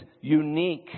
unique